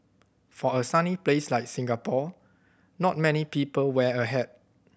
for a sunny place like Singapore not many people wear a hat